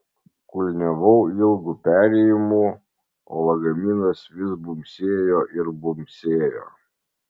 kulniavau ilgu perėjimu o lagaminas vis bumbsėjo ir bumbsėjo